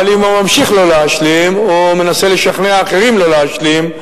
אבל אם הוא ממשיך לא להשלים או מנסה לשכנע אחרים לא להשלים,